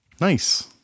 nice